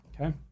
Okay